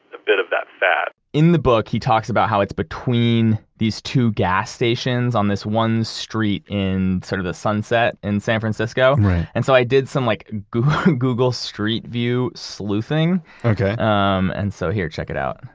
a bit of that fad in the book he talks about how it's between these two gas stations on this one street, in sort of the sunset, in san francisco right and so, i did some like google google street view sleuthing okay um and so, here, check it out.